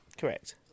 Correct